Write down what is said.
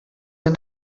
then